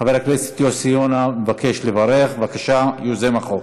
חבר הכנסת יוסי יונה, יוזם החוק,